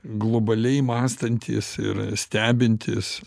globaliai mąstantys ir stebintys